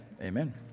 Amen